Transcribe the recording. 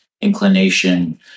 inclination